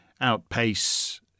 outpace